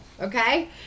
Okay